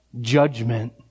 judgment